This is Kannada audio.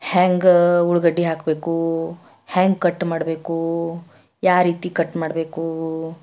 ಹ್ಯಾಂಗೆ ಉಳ್ಳಾಗಡ್ಡಿ ಹಾಕಬೇಕು ಹ್ಯಾಂಗೆ ಕಟ್ ಮಾಡಬೇಕು ಯಾವ ರೀತಿ ಕಟ್ ಮಾಡ್ಬೇಕು